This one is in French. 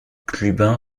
clubin